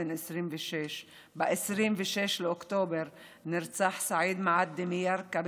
בן 26. ב-26 באוקטובר נרצח סעיד מעדי מירכא,